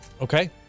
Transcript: Okay